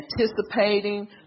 anticipating